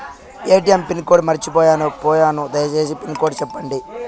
ATM pin code మర్చిపోయాను పోయాను దయసేసి పిన్ కోడ్ సెప్పండి?